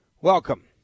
Welcome